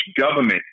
government